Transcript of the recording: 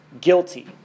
guilty